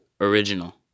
Original